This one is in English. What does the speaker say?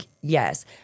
yes